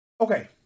Okay